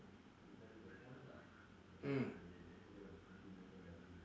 mm